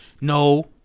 No